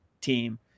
team